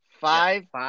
Five